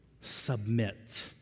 submit